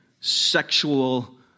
sexual